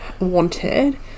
wanted